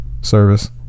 service